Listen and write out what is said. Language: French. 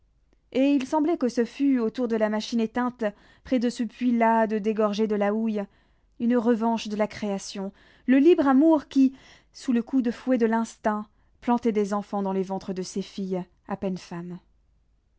et il semblait que ce fût autour de la machine éteinte près de ce puits las de dégorger de la houille une revanche de la création le libre amour qui sous le coup de fouet de l'instinct plantait des enfants dans les ventres de ces filles à peine femmes